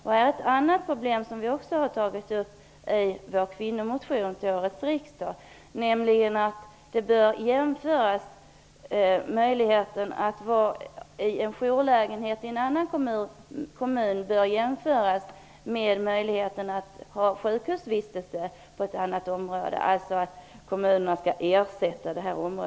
Det är ett annat problem som vi har tagit upp i vår kvinnomotion till årets riksdag. Vi tycker att möjligheten till en jourlägenhet i en annan kommun bör jämföras med möjligheten till sjukhusvistelse i en annan kommun, alltså att kommunen skall ersätta.